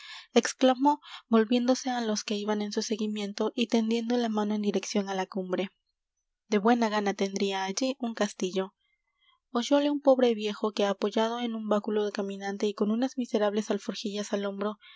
exclamó volviéndose á los que iban en su seguimiento y tendiendo la mano en dirección á la cumbre de buena gana tendría allí un castillo oyóle un pobre viejo que apoyado en un báculo de caminante y con unas miserables alforjillas al hombro